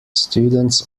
students